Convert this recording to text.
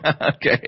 Okay